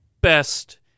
best